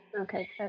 okay